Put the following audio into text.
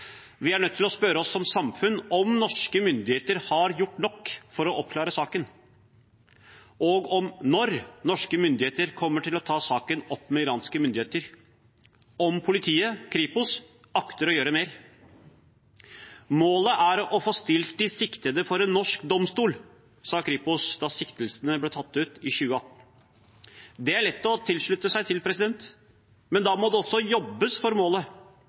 Vi er nødt til å spørre oss som samfunn om norske myndigheter har gjort nok for å oppklare saken, om når norske myndigheter kommer til å ta saken opp med iranske myndigheter, og om politiet, Kripos, akter å gjøre mer. Målet er å få stilt de siktede for en norsk domstol, sa Kripos da siktelsene ble tatt ut i 2018. Det er lett å slutte seg til, men da må det også jobbes for målet.